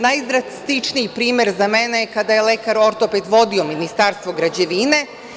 Najdrastičniji primer za mene je kada je lekar ortoped vodio Ministarstvo građevine.